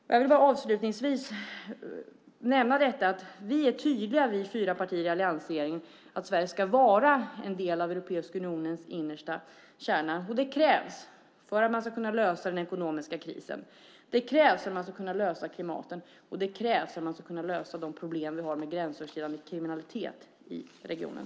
Jag vill avslutningsvis nämna att vi fyra partier i alliansregeringen är tydliga med att Sverige ska vara en del av Europeiska unionens innersta kärna. Det krävs för att man ska kunna lösa den ekonomiska krisen. Det krävs för att man ska kunna lösa klimatfrågorna, och det krävs för att man ska kunna lösa de problem vi har med gränsöverskridande kriminalitet i regionen.